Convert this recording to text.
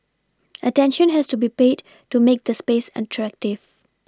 attention has to be paid to make the space attractive